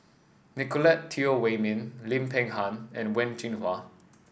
Nicolette Teo Wei Min Lim Peng Han and Wen Jinhua